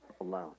alone